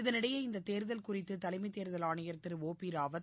இதனிடையே இந்தத் தேர்தல் குறித்து தலைமை தேர்தல் ஆணையர் திரு ஒ பி ராவத்